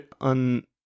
on